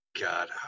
God